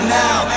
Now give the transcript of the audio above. now